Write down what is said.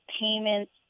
payments